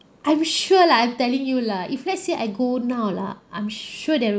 I'm sure lah I'm telling you lah if let's say I go now lah I'm sure they will